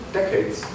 decades